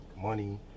money